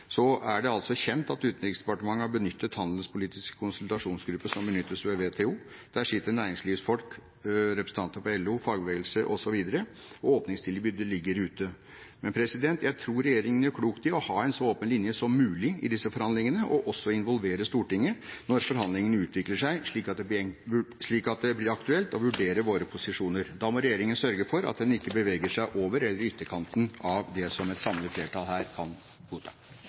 er det altså kjent at Utenriksdepartementet har benyttet den handelspolitiske konsultasjonsgruppen som benyttes ved WTO-forhandlingene. Der sitter det næringslivsfolk, representanter for LO og fagbevegelse osv., og åpningstilbudet ligger ute. Men jeg tror regjeringen gjør klokt i å ha en så åpen linje som mulig i disse forhandlingene, og også i å involvere Stortinget når forhandlingene utvikler seg slik at det blir aktuelt å vurdere våre posisjoner. Da må regjeringen sørge for at den ikke beveger seg over eller i ytterkanten av det som et samlet flertall her kan godta.